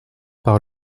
par